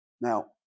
Now